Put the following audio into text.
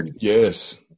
Yes